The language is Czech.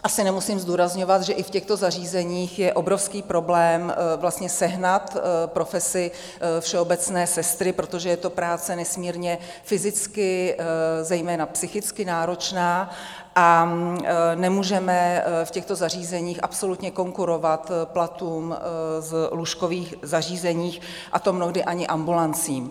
Asi nemusím zdůrazňovat, že i v těchto zařízeních je obrovský problém sehnat profesi všeobecné sestry, protože je to práce nesmírně fyzicky, a zejména psychicky náročná, a nemůžeme v těchto zařízeních absolutně konkurovat platům v lůžkových zařízeních, a to mnohdy ani ambulancím.